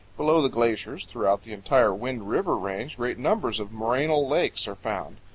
below the glaciers throughout the entire wind river range great numbers of morainal lakes are found.